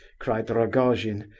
cried rogojin.